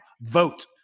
vote